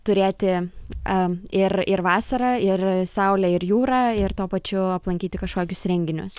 turėti a ir ir vasarą ir saulę ir jūrą ir tuo pačiu aplankyti kažkokius renginius